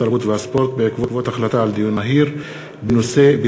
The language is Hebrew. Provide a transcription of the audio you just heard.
התרבות והספורט בעקבות דיון מהיר בנושא: